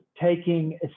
taking